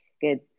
good